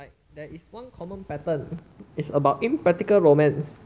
like there is one common pattern it's about impractical romance